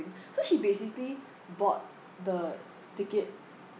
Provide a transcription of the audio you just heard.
so she basically bought the ticket